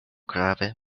grave